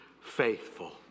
faithful